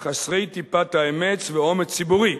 חסרי טיפת האמת והאומץ הציבורי,